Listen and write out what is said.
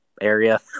area